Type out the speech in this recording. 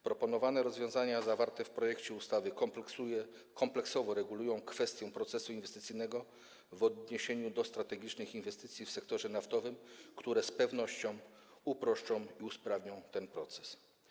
Proponowane rozwiązania zawarte w projekcie ustawy kompleksowo regulują kwestię procesu inwestycyjnego w odniesieniu do strategicznych inwestycji w sektorze naftowym, które z pewnością uproszczą i usprawnią ten proces.